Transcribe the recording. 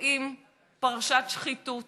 ורואים פרשת שחיתות